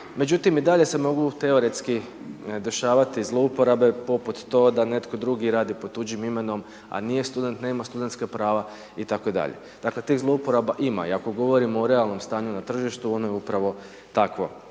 međutim i dalje se mogu teoretski dešavati zlouporabe, poput to da netko drugi radi pod tuđim imenom, a nije student, nema studenska prava i tako dalje. Dakle, tih zloporaba ima i ako govorimo o realnom stanju na tržištu, ono je upravo takvo.